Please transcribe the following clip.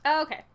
Okay